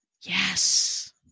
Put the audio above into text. Yes